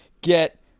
get